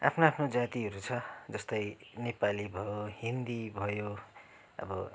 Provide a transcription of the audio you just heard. आफ्नो आफ्नो जातिहरू छ जस्तै नेपाली भयो हिन्दी भयो अब